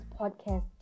podcast